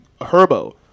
Herbo